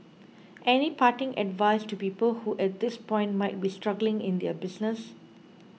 any parting advice to people who at this point might be struggling in their business